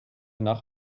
nach